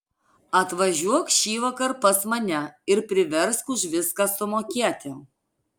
atvažiuok šįvakar pas mane ir priversk už viską sumokėti